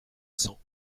cent